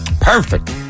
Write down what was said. Perfect